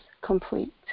complete